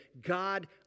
God